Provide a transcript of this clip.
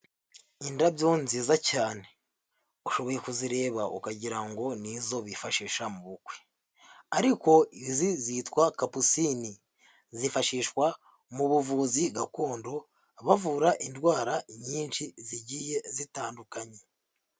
Indabyo nziza cyane ushoboye kuzireba ukagira ngo ni izo bifashisha mu bukwe, ariko izi zitwa kapusini zifashishwa mu buvuzi gakondo bavura indwara nyinshi zigiye zitandukanye.